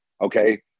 Okay